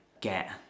get